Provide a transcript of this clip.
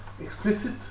explicit